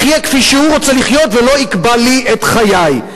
כי אנחנו גם נעבור להצבעה אלקטרונית לאחר ההודעה על התוצאות.